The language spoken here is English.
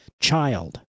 child